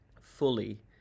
fully